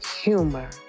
humor